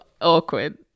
awkward